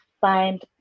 find